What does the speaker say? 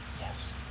Yes